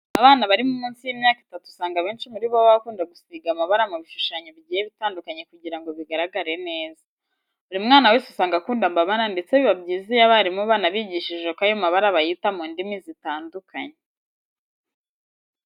Abana bari munsi y'imyaka itatu usanga abenshi muri bo baba bakunda gusiga amabara mu bishushanyo bigiye bitandukanye kugira ngo bigaragare neza. Buri mwana wese usanga akunda amabara ndetse biba byiza iyo abarimu banabigishije uko ayo mabara bayita mu ndimi zitandukanye.